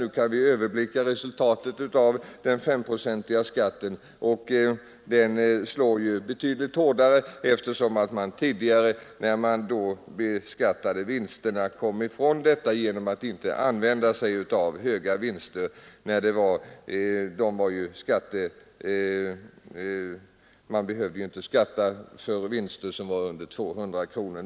Vi kan nu överblicka resultaten av den 5-procentiga skatten, och den har visat sig slå betydligt hårdare. Tidigare, när vinsterna beskattades, kunde man undvika skatt genom att inte använda sig av för höga vinster. Man behövde ju inte skatta för vinster under 200 kronor.